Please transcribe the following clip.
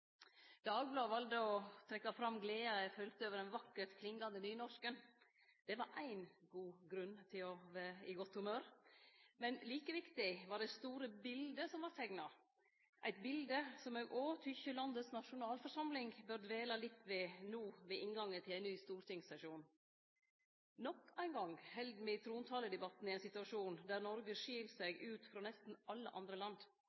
Dagbladet valde å ta fram gleda eg følte over den vakkert klingande nynorsken. Det var éin god grunn til å vere i godt humør. Men like viktig var det store biletet som vart teikna, eit bilete som eg òg tykkjer landet si nasjonalforsamling bør dvele litt ved no ved inngangen til ein ny stortingssesjon. Nok ein gong held me trontaledebatten i ein situasjon der Noreg skil seg ut frå nesten alle andre land.